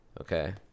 okay